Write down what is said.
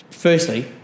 Firstly